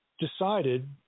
decided